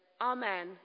Amen